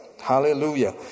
Hallelujah